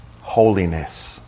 holiness